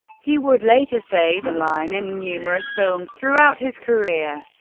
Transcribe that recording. he would later say the line in numerous films throughout his career.